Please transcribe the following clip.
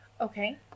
Okay